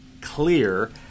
clear